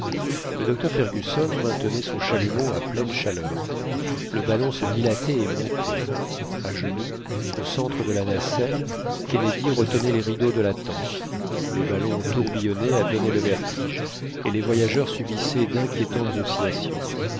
le docteur fergusson maintenait son chalumeau à pleine chaleur le ballon se dilatait et montait à genoux au centre de la nacelle kennedy retenait les rideaux de la tente le ballon tourbillonnait à donner le vertige et les voyageurs subissaient d'inquiétantes